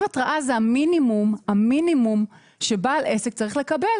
התראה זה המינימום שבעל עסק צריך לקבל.